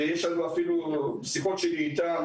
יש לנו אפילו שיחות שלי איתם,